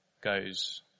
goes